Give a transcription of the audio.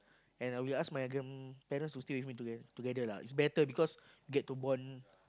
and I will ask my grandparents to stay with me together together lah it's better lah because we get to bond